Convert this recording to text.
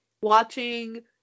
watching